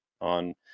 on